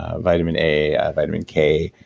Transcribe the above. ah vitamin a, vitamin k,